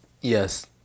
yes